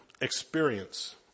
experience